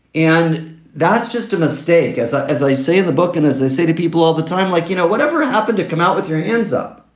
and that's just a mistake. as i as i say in the book and as i say to people all the time, like, you know, whatever happened to come out with your hands up?